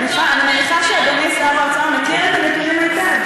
אני מניחה שאדוני שר האוצר מכיר את הנתונים היטב.